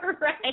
right